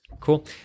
Cool